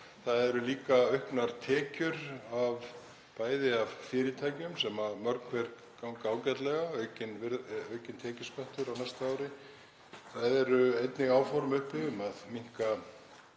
Það eru líka auknar tekjur, bæði af fyrirtækjum sem mörg hver ganga ágætlega, aukinn tekjuskattur á næsta ári, og það eru einnig áform uppi um að minnka